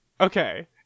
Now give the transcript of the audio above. Okay